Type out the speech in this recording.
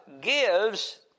gives